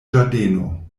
ĝardeno